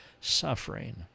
suffering